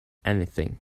anything